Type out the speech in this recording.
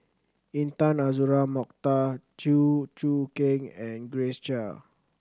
Intan Azura Mokhtar Chew Choo Keng and Grace Chia